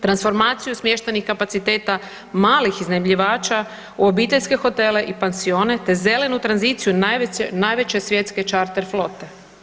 Transformaciju smještajnih kapaciteta malih iznajmljivača u obiteljske hotele i pansione te zelenu tranziciju najveće svjetske čarter flote.